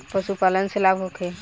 पशु पालन से लाभ होखे?